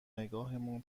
نگاهمان